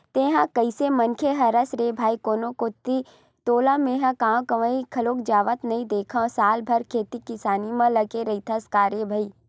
तेंहा कइसे मनखे हरस रे भई कोनो कोती तोला मेंहा गांव गवतरई घलोक जावत नइ देंखव साल भर खेती किसानी म लगे रहिथस का रे भई?